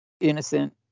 innocent